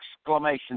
exclamation